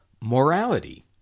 morality